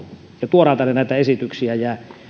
ja tuodaan tänne esityksiä